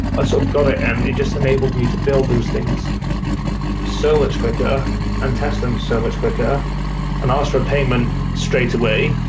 ah sort of got it and it just enabled me to build those things so much quicker and test them so much quicker and asked for payment straightaway.